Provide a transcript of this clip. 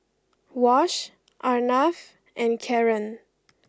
Wash Arnav and Karren